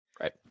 Right